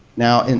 now, and